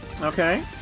Okay